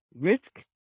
risk